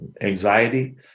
anxiety